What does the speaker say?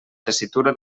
tessitura